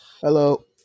Hello